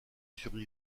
sur